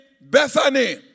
Bethany